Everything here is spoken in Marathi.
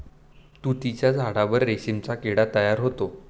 तुतीच्या झाडावर रेशीम किडा तयार होतो